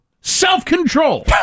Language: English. self-control